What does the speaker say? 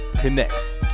Connects